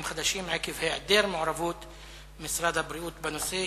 חדשים עקב אי-מעורבות משרד הבריאות בנושא,